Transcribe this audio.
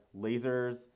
lasers